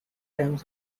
time